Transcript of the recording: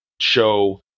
show